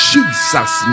Jesus